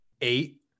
eight